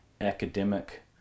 academic